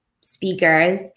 speakers